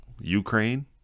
ukraine